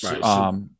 right